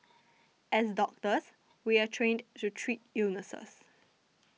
as doctors we are trained to treat illnesses